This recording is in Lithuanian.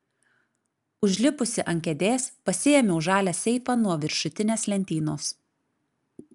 užlipusi ant kėdės pasiėmiau žalią seifą nuo viršutinės lentynos